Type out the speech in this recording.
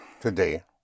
today